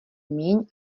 míň